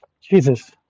Jesus